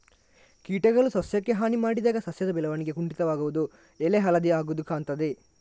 ಕೀಟಗಳು ಸಸ್ಯಕ್ಕೆ ಹಾನಿ ಮಾಡಿದಾಗ ಸಸ್ಯದ ಬೆಳವಣಿಗೆ ಕುಂಠಿತವಾಗುದು, ಎಲೆ ಹಳದಿ ಆಗುದು ಕಾಣ್ತದೆ